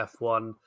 F1